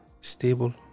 stable